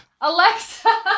Alexa